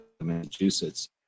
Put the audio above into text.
Massachusetts